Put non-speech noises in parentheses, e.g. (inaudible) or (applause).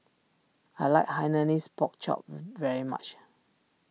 I like Hainanese Pork Chop (noise) very much